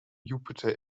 jupiter